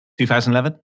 2011